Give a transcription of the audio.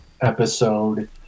episode